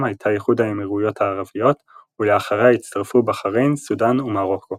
הייתה איחוד האמרויות הערביות ולאחריה הצטרפו בחריין סודאן ומרוקו.